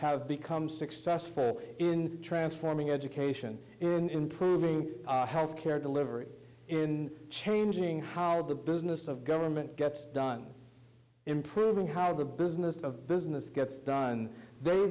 have become successful in transforming education improving health care delivery in changing how the business of government gets done improving how the business of business gets done